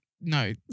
No